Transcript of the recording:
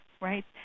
right